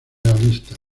realistas